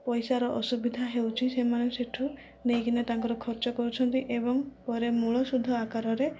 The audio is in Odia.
ପଇସାର ଅସୁବିଧା ହେଉଛି ସେମାନେ ସେଠୁ ନେଇ କିନା ତାଙ୍କର ଖର୍ଚ୍ଚ କରୁଛନ୍ତି ଏବଂ ପରେ ମୂଳ ସୁଧ ଆକାରରେ